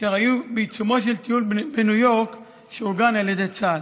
שהיו בעיצומו של טיול בניו יורק שאורגן על ידי צה"ל.